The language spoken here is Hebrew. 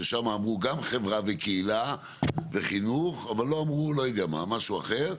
ששם אמרו גם חברה וקהילה וחינוך אבל לא אמרו משהו אחר,